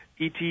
ET